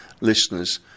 listeners